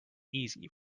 easy